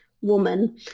woman